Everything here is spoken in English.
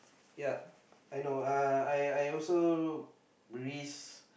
yep I know uh I I I also risk